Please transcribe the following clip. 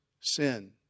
sin